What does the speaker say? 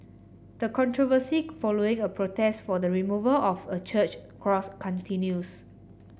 the controversy following a protest for the removal of a church cross continues